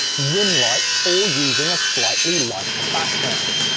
rim lights, or using a slightly lighter background.